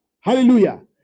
hallelujah